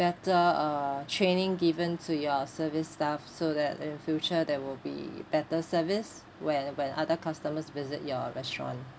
better uh training given to your service staff so that in future there will be better service when when other customers visit your restaurant